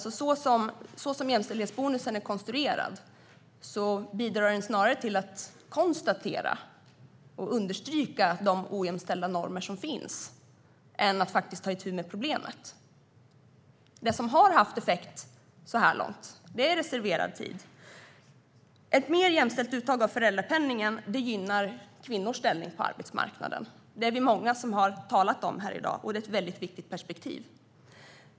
Så som jämställdhetsbonusen är konstruerad bidrar den snarare till att konstatera och understryka de ojämställda normer som finns än till att ta itu med problemet. Det som har haft effekt så här långt är reserverad tid. Ett mer jämställt uttag av föräldrapenningen gynnar kvinnors ställning på arbetsmarknaden. Det är vi många som har talat om här i dag, och det är ett viktigt perspektiv.